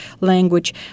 language